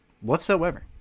whatsoever